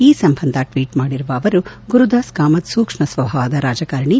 ಈ ಸಂಬಂಧ ಟ್ವೀಟ್ ಮಾಡಿರುವ ಅವರು ಗುರುದಾಸ್ ಕಾಮತ್ ಸೂಕ್ಷ್ಮ ಸ್ವಭಾವದ ರಾಜಕಾರಣಿ